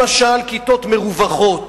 למשל כיתות מרווחות,